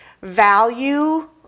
value